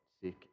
sick